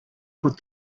put